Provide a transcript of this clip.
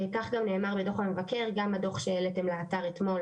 כך גם נאמר בדו"ח המבקר וגם בדו"ח שהעליתם לאתר אתמול,